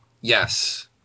Yes